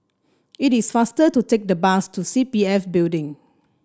it is faster to take the bus to C P F Building